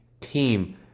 team